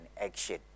action